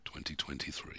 2023